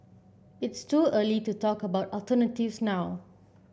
it's too early to talk about alternatives now